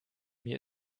mir